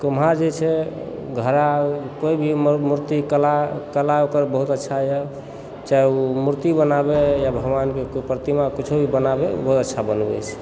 कुम्हार जे छै घड़ा कोनो भी मूर्ति कला कला ओकर बहुत अच्छा यऽ चाहे ओ मूर्ति बनाबै या भगवानके कोइ प्रतिमा किछो भी बनाबै बहुत अच्छा बनबैत छै